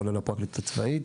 כולל הפרקליטות הצבאית.